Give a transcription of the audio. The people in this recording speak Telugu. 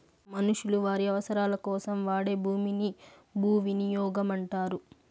మనుషులు వారి అవసరాలకోసం వాడే భూమిని భూవినియోగం అంటారు